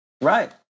Right